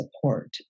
support